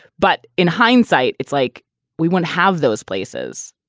but in hindsight, it's like we won't have those places.